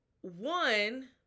one